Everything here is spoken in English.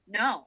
no